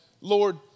lord